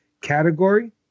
category